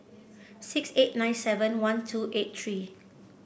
six eight nine seven one two eight three